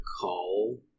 call